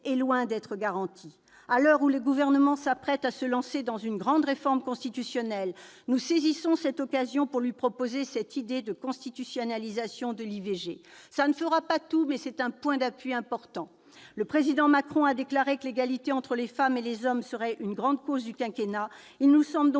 est loin d'être garanti. À l'heure où le Gouvernement s'apprête à se lancer dans une grande réforme constitutionnelle, nous saisissons l'occasion pour lui proposer l'idée d'une constitutionnalisation de l'IVG. Cela ne fera pas tout, mais c'est un point d'appui important. Le président Macron ayant déclaré que l'égalité entre les femmes et les hommes serait une grande cause du quinquennat, il nous semble tout